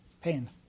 pain